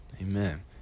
Amen